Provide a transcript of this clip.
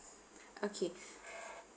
okay